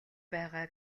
байгаа